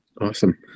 Awesome